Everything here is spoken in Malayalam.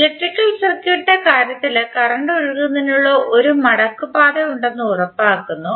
ഇലക്ട്രിക്കൽ സർക്യൂട്ടിന്റെ കാര്യത്തിൽ കറന്റ് ഒഴുകുന്നതിനുള്ള ഒരു മടക്ക പാത ഉണ്ടെന്ന് ഉറപ്പാക്കുന്നു